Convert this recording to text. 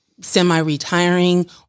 semi-retiring